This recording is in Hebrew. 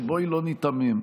בואי לא ניתמם,